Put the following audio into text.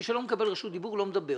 מי שלא מקבל רשות דיבור לא מדבר.